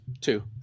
two